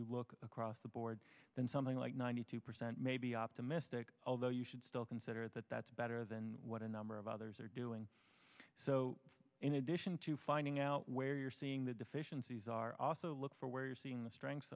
you look across the board then something like ninety two percent may be optimistic although you should still consider that that's better than what a number of others are doing so in addition to finding out where you're seeing the deficiencies are also look for where you're seeing the strengths